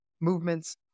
movements